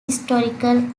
historical